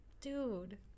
Dude